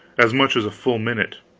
as much as a full minute,